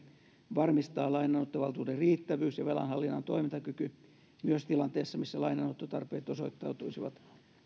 varmistaa lainanottovaltuuden riittävyys ja velanhallinnan toimintakyky myös tilanteessa missä lainanottotarpeet osoittautuisivat